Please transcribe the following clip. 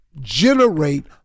generate